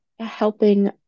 helping